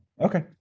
Okay